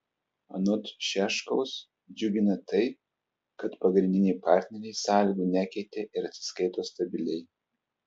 anot šiaškaus džiugina tai kad pagrindiniai partneriai sąlygų nekeitė ir atsiskaito stabiliai